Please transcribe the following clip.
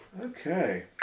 Okay